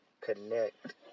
connect